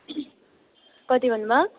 कति भन्नुभयो